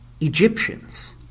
Egyptians